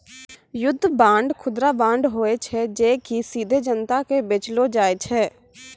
युद्ध बांड, खुदरा बांड होय छै जे कि सीधे जनता के बेचलो जाय छै